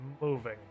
moving